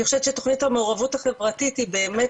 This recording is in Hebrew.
אני חושבת שתוכנית המעורבות החברתית היא באמת